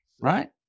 Right